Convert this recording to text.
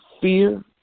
fear